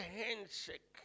handshake